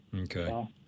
Okay